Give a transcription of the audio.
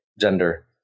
gender